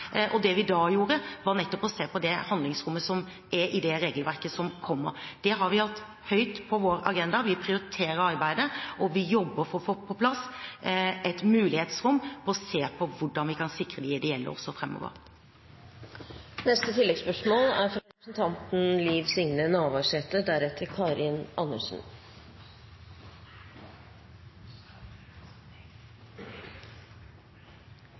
nettopp å se på handlingsrommet i det regelverket som kommer. Det har vi hatt høyt på vår agenda. Vi prioriterer arbeidet, og vi jobber for å få på plass et mulighetsrom for å se på hvordan vi kan sikre de ideelle også